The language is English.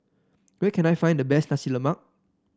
where can I find the best Nasi Lemak